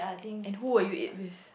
and who will you eat with